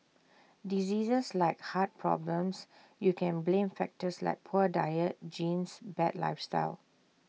diseases like heart problems you can blame factors like poor diet genes bad lifestyle